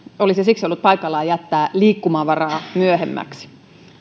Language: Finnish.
olisi siksi ollut paikallaan jättää liikkumavaraa myöhemmäksi